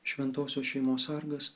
šventosios šeimos sargas